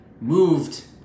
moved